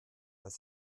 was